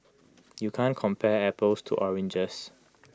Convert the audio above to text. you can't compare apples to oranges